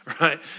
right